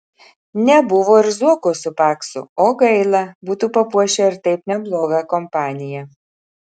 nebuvo ir zuoko su paksu o gaila būtų papuošę ir taip neblogą kompaniją